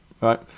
right